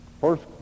First